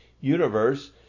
universe